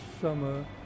summer